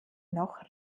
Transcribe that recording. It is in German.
noch